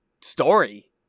story